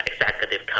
executive